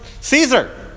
Caesar